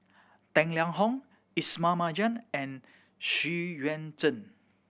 Tang Liang Hong Ismail Marjan and Xu Yuan Zhen